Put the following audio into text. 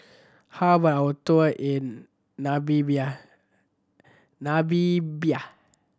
how about a tour in Namibia